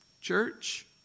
church